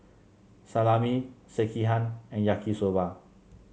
Salami Sekihan and Yaki Soba